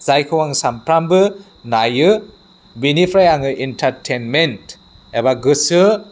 जायखौ आं सानफ्रामबो नायो बेनिफ्राय आं एन्टारटेइनमेन्ट एबा गोसो